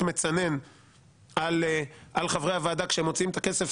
מצנן על חברי הוועדה כשהם מוציאים את הכסף,